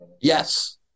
Yes